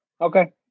Okay